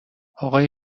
اقای